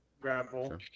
gravel